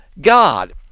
God